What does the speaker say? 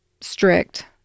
strict